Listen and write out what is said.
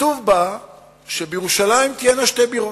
כתוב בה שבירושלים תהיינה שתי בירות.